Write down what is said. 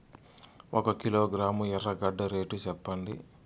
ఒక కిలోగ్రాము ఎర్రగడ్డ రేటు సెప్పండి?